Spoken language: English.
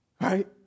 Right